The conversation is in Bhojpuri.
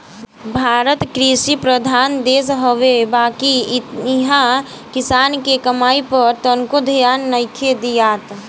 भारत कृषि प्रधान देश हवे बाकिर इहा किसान के कमाई पर तनको ध्यान नइखे दियात